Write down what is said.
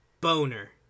boner